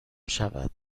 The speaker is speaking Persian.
شود